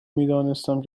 میدانستم